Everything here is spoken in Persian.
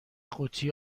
قوطی